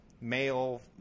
male